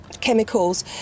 chemicals